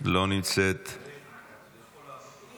לא נמצאת, חבר הכנסת